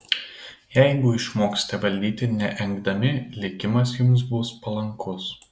jeigu išmoksite valdyti neengdami likimas jums bus palankus